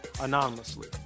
anonymously